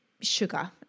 sugar